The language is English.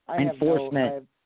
enforcement